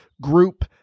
group